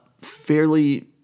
fairly